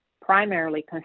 primarily